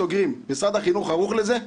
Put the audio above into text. סוגרים משרד החינוך ערוך לזה?